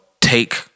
take